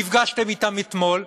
שנפגשתם אתן אתמול,